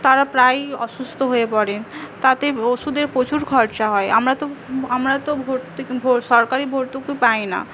তারা প্রায় অসুস্থ হয়ে পড়ে তাতে ওষুধের প্রচুর খরচা হয় আমরা তো আমরা তো সরকারি ভর্তুকি পাই না